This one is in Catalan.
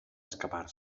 escapar